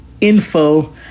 info